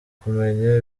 kumenya